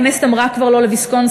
הכנסת אמרה כבר לא לוויסקונסין,